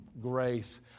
grace